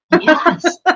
Yes